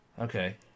Okay